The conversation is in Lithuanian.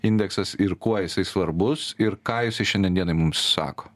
indeksas ir kuo jisai svarbus ir ką jisai šiandien dienai mums sako